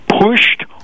pushed